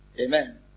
Amen